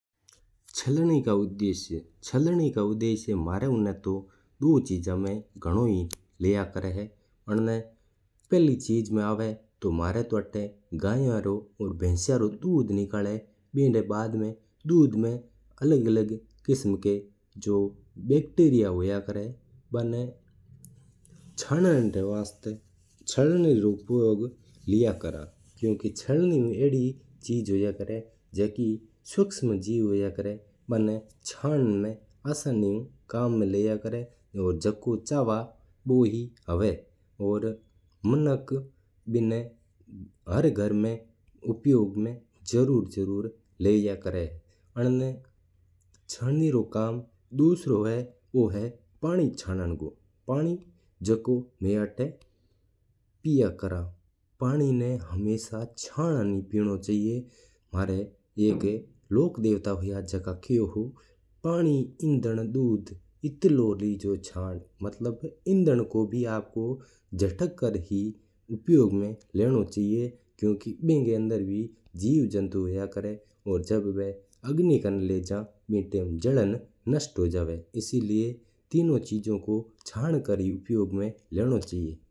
छलनी का उद्देश्य मना उत्ता तु दुई चीजा में लिया कर है पहला चीज तु गाया रो और भेसा रो दूध निकाल बिना बाद में छानन वास्ता काम आव हैं। छलनी में आदि चीज हुआ कि बा कचरा ना रोक लेवा है। और मिनक बिना हर घर में उपयोग लेवा है। अन ना छलनी रो दूसरा काम हुआ है बू हुआ है पानी छालन रो। पानी में कोई बैक्टेरिया या कचरो आवा तु बन मदद ऊ बू चलिज जा है।